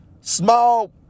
small